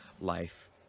life